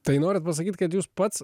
tai norit pasakyt kad jūs pats